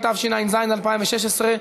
התשע"ז 2016,